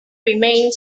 remained